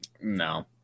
No